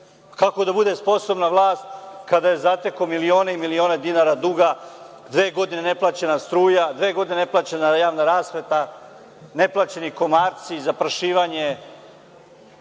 Kako da bude sposobna vlast kada je zatekao milione i milione dinara duga? Dve godine neplaćena struja, dve godine neplaćena javna rasveta, ne plaćeno zaprašivanje